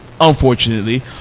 unfortunately